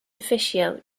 officio